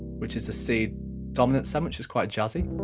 which is a c dominant seven, which is quite jazzy, or